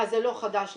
אז זה לא חדש לכם.